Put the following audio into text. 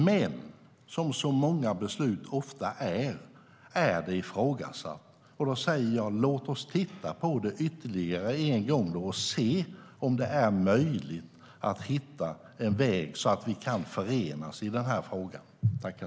Men som så många beslut är det ifrågasatt. Då säger jag: Låt oss titta på det ytterligare en gång och se om det är möjligt att hitta en väg så att vi kan enas i den här frågan.